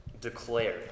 declared